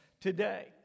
today